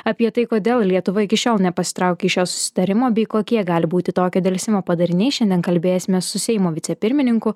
apie tai kodėl lietuva iki šiol nepasitraukia iš šio susitarimo bei kokie gali būti tokio delsimo padariniai šiandien kalbėsimės su seimo vicepirmininku